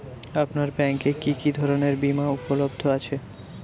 আপনার ব্যাঙ্ক এ কি কি ধরনের বিমা উপলব্ধ আছে?